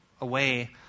away